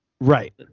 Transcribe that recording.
Right